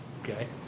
okay